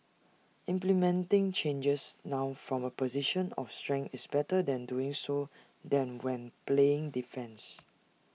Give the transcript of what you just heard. implementing changes now from A position of strength is better than doing so than when playing defence